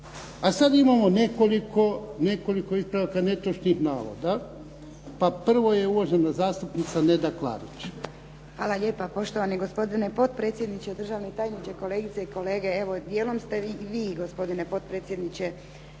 A sad imamo nekoliko ispravaka netočnih navoda. Pa prvo je uvažena zastupnica Neda Klarić. **Klarić, Nedjeljka (HDZ)** Hvala lijepa poštovani gospodine potpredsjedniče, državni tajniče, kolegice i kolege. Evo, dijelom ste i vi gospodine potpredsjedniče